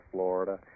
Florida